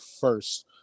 first